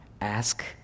Ask